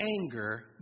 anger